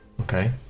Okay